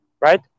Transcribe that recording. right